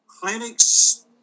Clinics